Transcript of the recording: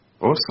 Awesome